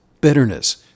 bitterness